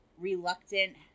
reluctant